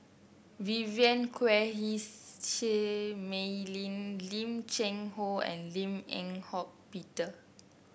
Vivien Quahe Seah Mei Lin Lim Cheng Hoe and Lim Eng Hock Peter